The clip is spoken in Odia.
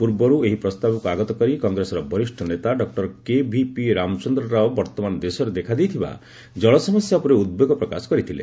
ପୂର୍ବରୁ ଏହି ପ୍ରସ୍ତାବକୁ ଆଗତ କରି କଂଗ୍ରେସର ବରିଷ୍ଣ ନେତା ଡକ୍ଟର କେଭିପି ରାମଚନ୍ଦ୍ରରାଓ ବର୍ତ୍ତମାନ ଦେଶରେ ଦେଖାଦେଇଥିବା ଜଳସମସ୍ୟା ଉପରେ ଉଦ୍ବେଗ ପ୍ରକାଶ କରିଥିଲେ